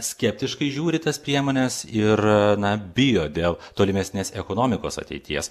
skeptiškai žiūri į tas priemones ir na bijo dėl tolimesnės ekonomikos ateities